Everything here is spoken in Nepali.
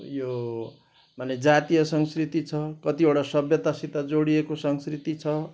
उयो माने जातीय संस्कृति छ कतिवटा सभ्यतासित जोडिएको संस्कृति छ